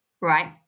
Right